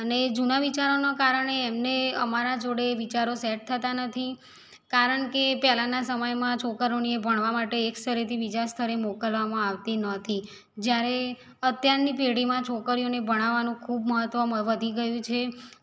અને જૂના વિચારોના કારણે એમને અમારા જોડે વિચારો સેટ થતા નથી કારણ કે પહેલાંના સમયમાં છોકરીઓને ભણવા માટે એક સ્થળેથી બીજા સ્થળે મોકલવામાં આવતી નહોતી જ્યારે અત્યારની પેઢીમાં છોકરીઓને ભણાવવાનું ખૂબ મહત્ત્વ વધી ગયું છે